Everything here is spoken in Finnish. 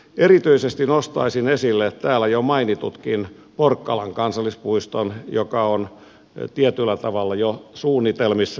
erityisesti nostaisin esille täällä jo mainitunkin porkkalan kansallispuiston joka on tietyllä tavalla jo suunnitelmissa